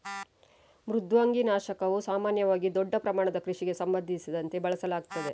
ಮೃದ್ವಂಗಿ ನಾಶಕವು ಸಾಮಾನ್ಯವಾಗಿ ದೊಡ್ಡ ಪ್ರಮಾಣದ ಕೃಷಿಗೆ ಸಂಬಂಧಿಸಿದಂತೆ ಬಳಸಲಾಗುತ್ತದೆ